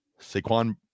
saquon